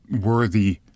worthy